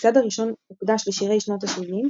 המצעד הראשון הוקדש לשירי שנות ה-70,